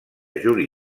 juli